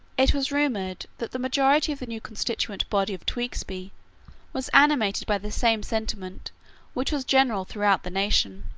it was rumoured that the majority of the new constituent body of tewkesbury was animated by the same sentiment which was general throughout the nation,